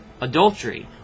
adultery